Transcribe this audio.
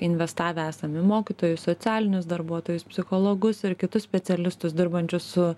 investavę esam į mokytojus socialinius darbuotojus psichologus ir kitus specialistus dirbančius su